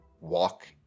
walk